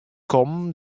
kommen